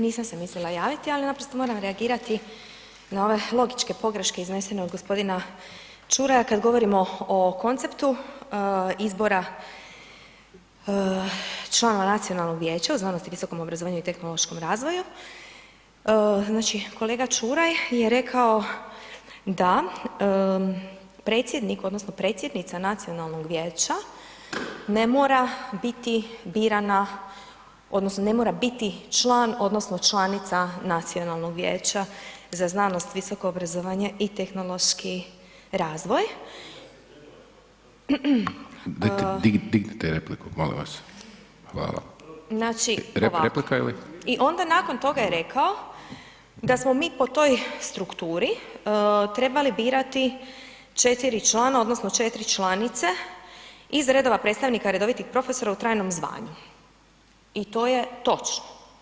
Nisam se mislila javiti, al naprosto moram reagirati na ove logičke pogreške iznesene od g. Čuraja kad govorimo o konceptu izbora članova Nacionalnog vijeća u znanosti i visokom obrazovanju i tehnološkom razvoju, znači kolega Čuraj je rekao da predsjednik odnosno predsjednica nacionalnog vijeća ne mora biti birana odnosno ne mora biti član odnosno članica Nacionalnog vijeća za znanost i visoko obrazovanje i tehnološki razvoj [[Upadica: Dignite repliku molim vas, hvala]] znači [[Upadica: Replika ili?]] i onda nakon toga je rekao da smo mi po toj strukturi trebali birati 4 člana odnosno 4 članice iz redova predstavnika redovitih profesora u trajnom zvanju i to je točno.